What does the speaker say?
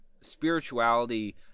spirituality